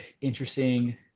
interesting